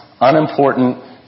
unimportant